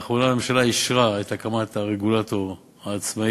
לאחרונה הממשלה אישרה את הקמת הרגולטור העצמאי,